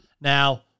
Now